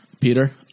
Peter